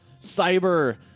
cyber